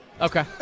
Okay